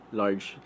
large